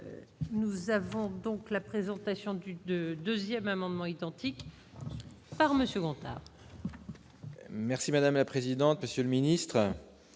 nous avons donc la présentation d'une de 2ème amendement identique par monsieur Gontard. Merci madame la présidente, monsieur le ministre,